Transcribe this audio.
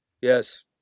Yes